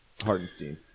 Hardenstein